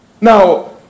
Now